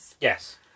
Yes